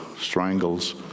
strangles